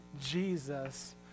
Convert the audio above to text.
Jesus